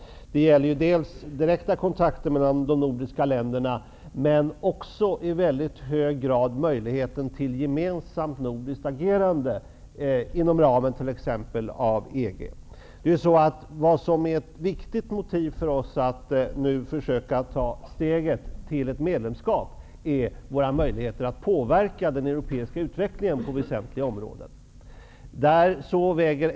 Det gäller direkta kontakter mellan de nordiska länderna, men också i hög grad möjligheten till gemensamt nordiskt agerande inom ramen för t.ex. EG. Ett viktigt motiv för oss att nu försöka ta steget till ett medlemskap är våra möjligheter att påverka den europeiska utvecklingen på väsentliga områden.